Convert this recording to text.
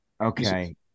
Okay